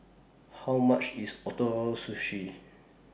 How much IS Ootoro Sushi